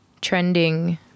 trending